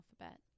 alphabet